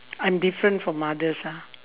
I'm different from others ah